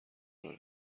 راه